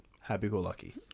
happy-go-lucky